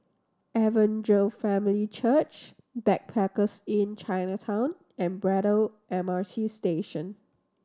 Evangel Family Church Backpackers Inn Chinatown and Braddell M R T Station